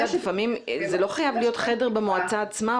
זה לא חייב להיות חדר במועצה עצמה,